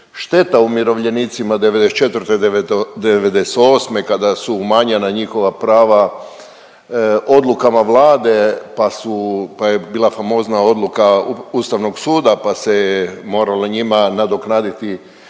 šteta umirovljenicima '94., '98. kada su umanjena njihova prava odlukama Vlade, pa su, pa je bila famozna odluka Ustavnog suda, pa se je moralo njima nadoknaditi,